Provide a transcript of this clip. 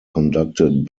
conducted